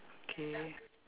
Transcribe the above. okay